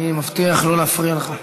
אני מבטיח לא להפריע לך.